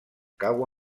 cau